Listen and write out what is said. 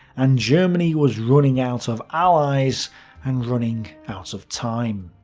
and germany was running out of allies and running out of time.